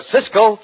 Cisco